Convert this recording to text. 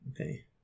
Okay